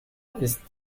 ist